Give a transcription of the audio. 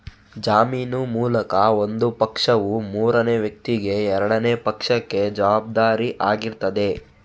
ಜಾಮೀನು ಮೂಲಕ ಒಂದು ಪಕ್ಷವು ಮೂರನೇ ವ್ಯಕ್ತಿಗೆ ಎರಡನೇ ಪಕ್ಷಕ್ಕೆ ಜವಾಬ್ದಾರಿ ಆಗಿರ್ತದೆ